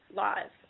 laws